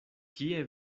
kie